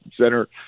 center